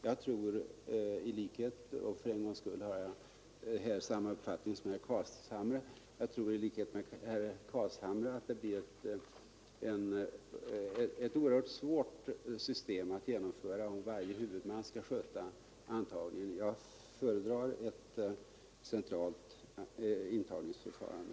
Jag tror i likhet med herr Carlshamre — för en gångs skull har jag samma uppfattning som han — att det blir ett oerhört svårt system att genomföra, om varje huvudman skall sköta antagningen. Jag föredrar ett centralt antagningsförfarande.